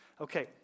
Okay